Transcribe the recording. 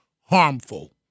harmful